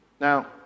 Now